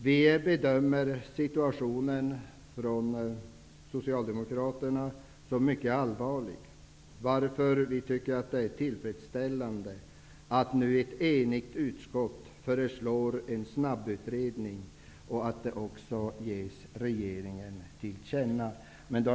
Vi socialdemokrater bedömer situationen som mycket allvarlig, varför vi tycker att det är tillfredsställande att ett enigt utskott nu föreslår att behovet av en snabbutredning skall ges regeringen till känna.